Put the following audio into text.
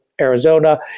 Arizona